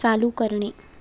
चालू करणे